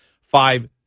five